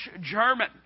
German